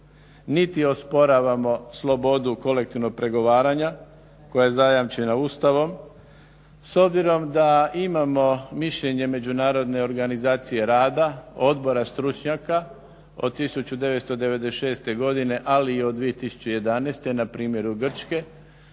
niti osporavamo slobodu kolektivnog pregovaranja koja je zajamčena Ustavom. S obzirom da imamo mišljenje Međunarodne organizacije rada, odbora stručnjaka od 1996. godine, ali i od 2011. na primjeru Grčke